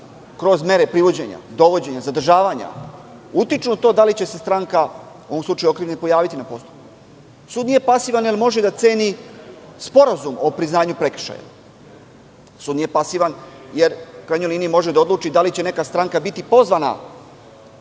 kroz mere privođenja, dovođenja, zadržavanja utiču na to da li će se stranka, u ovom slučaju okrivljeni, pojaviti na postupku. Sud nije pasivan jer može da ceni sporazum o priznanju prekršaja. Sud nije pasivan jer, u krajnjoj liniji, može da odluči da li će neka stranka biti pozvana